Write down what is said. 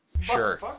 Sure